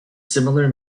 similar